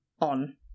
on